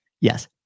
Yes